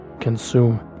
Consume